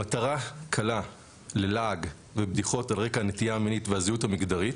מטרה קלה ללעג ובדיחות על רקע הנטייה המינית והזהות המגדרית,